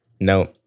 No